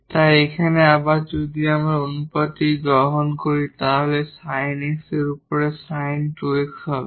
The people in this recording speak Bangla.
তাই এখানে আবার যদি আমরা অনুপাতটি গ্রহণ করি তাহলে sin x এর উপরে sin 2x হবে